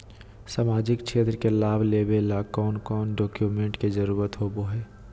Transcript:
सामाजिक क्षेत्र के लाभ लेबे ला कौन कौन डाक्यूमेंट्स के जरुरत होबो होई?